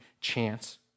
chance